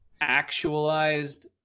Actualized